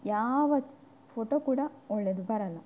ಯಾವ ಫೋಟೋ ಕೂಡ ಒಳ್ಳೆಯದ್ದು ಬರಲ್ಲ